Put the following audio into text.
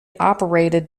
operated